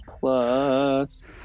plus